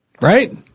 right